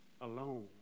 alone